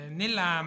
nella